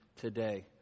today